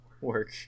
work